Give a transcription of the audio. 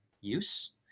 use